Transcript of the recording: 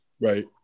Right